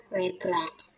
regret